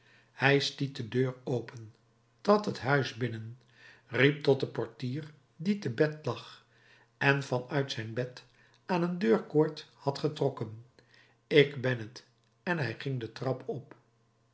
hij stiet de deur open trad het huis binnen riep tot den portier die te bed lag en van uit zijn bed aan de deurkoord had getrokken ik ben het en hij ging de trap op